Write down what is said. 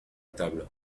table